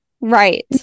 Right